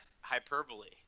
hyperbole